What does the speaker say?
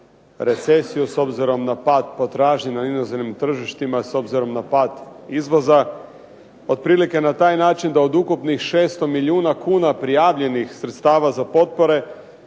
recesiju, s obzirom na pad potražnje na inozemnim tržištima, s obzirom na pad izvoza. Otprilike na taj način da od ukupnih 6 milijuna kuna prijavljenih sredstava za potpore